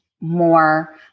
more